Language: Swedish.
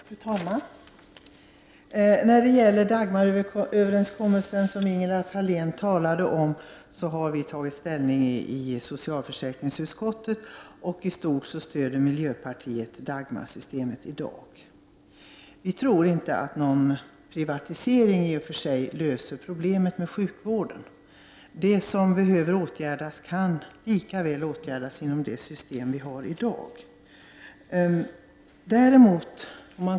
Fru talman! När det gäller Dagmaröverenskommelsen, som Ingela Thalén talade om, har vi tagit ställning i socialförsäkringsutskottet, och i stort stöder miljöpartiet Dagmarsystemet i dag. Vi tror inte att någon privatisering i och för sig löser problemet med sjukvården. Det som behöver åtgärdas kan lika väl åtgärdas inom det system vi har i dag.